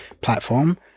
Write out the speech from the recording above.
platform